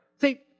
See